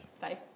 Bye